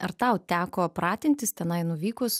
ar tau teko pratintis tenai nuvykus